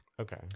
Okay